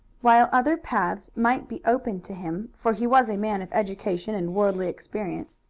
while other paths might be open to him, for he was a man of education and worldly experience,